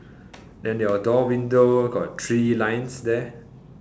then your door window got three lines there